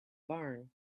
barn